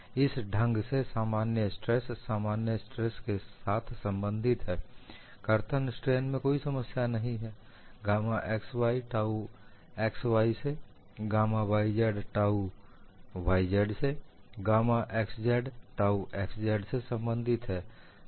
तो इस ढंग से सामान्य स्ट्रेस सामान्य स्ट्रेस के साथ संबंधित है कर्तन स्ट्रेन में कोई समस्या नहीं है गामा xy टाउ xy से गामा yz टाउ yz से गामा xz टाउ xz से संबंधित है